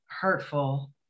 hurtful